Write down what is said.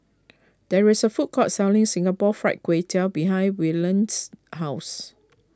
there is a food court selling Singapore Fried Kway Tiao behind Willodean's house